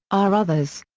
are others.